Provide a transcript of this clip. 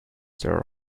there